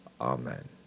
Amen